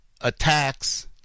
attacks